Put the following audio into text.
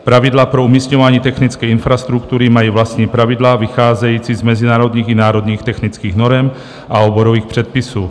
Pravidla pro umisťování technické infrastruktury mají vlastní pravidla, vycházející z mezinárodních i národních technických norem a oborových předpisů.